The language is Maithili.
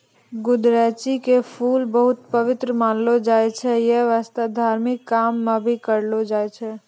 गुदरैंची के फूल बहुत पवित्र मानलो जाय छै यै वास्तं धार्मिक काम मॅ भी करलो जाय छै